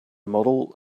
model